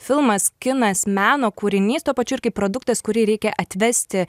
filmas kinas meno kūrinys tuo pačiu ir kaip produktas kurį reikia atvesti